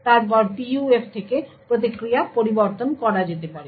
তারপর PUF থেকে প্রতিক্রিয়া পরিবর্তন করা যেতে পারে